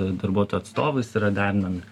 darbuotojų atstovais yra derinami